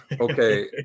Okay